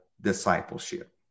discipleship